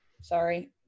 Sorry